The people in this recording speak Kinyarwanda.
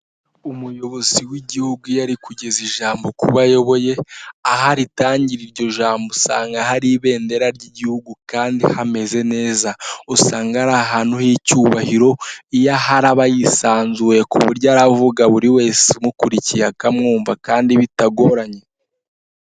Umuyobozi w'igihugu iyo ari kugeza ijambo kubo ayoboye, aho aritangira iryo jambo usanga hari ibendera ry'igihugu kandi hameze neza, usanga ari ahantu h'icyubahiro, iyo ahari aba yisanzuye ku buryo aravuga buri wese umukurikiye akamwumva kandi bitagoranye.